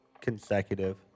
consecutive